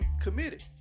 committed